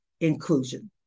inclusion